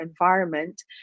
environment